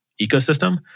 ecosystem